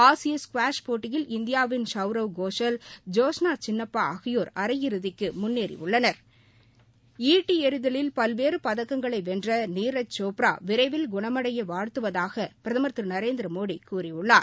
ஆசிய ஸ்குவாஷ் போட்டியில் இந்தியாவின் சவ்ரவ் கோஷல் ஜோஸ்னா சின்னப்பா ஆகியோர் அரை இறுதிக்கு முன்னேறியுள்ளனர் ஈட்டி எறிதலில் பல்வேறு பதக்கங்களை வென்ற நீரஜ் சோப்ரா விரைவில் குணமடைய வாழ்த்துவதாக பிரதமர் திரு நரேந்திரமோடி கூறியுள்ளார்